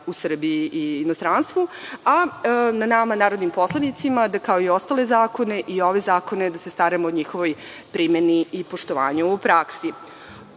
u Srbiji i inostranstvu, a na nama narodnim poslanicima je da kao i ostale zakone, i ove zakone, da se staramo o njihovoj primeni i poštovanju u praksi. Na